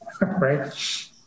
Right